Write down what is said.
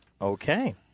Okay